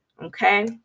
Okay